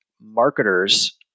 marketers